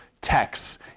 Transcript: texts